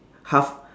half